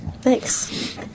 Thanks